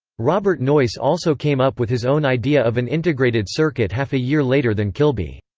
robert noyce also came up with his own idea of an integrated circuit half a year later than kilby.